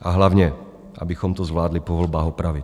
A hlavně abychom to zvládli po volbách opravit.